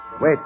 Wait